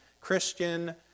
Christian